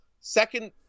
second